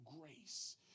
grace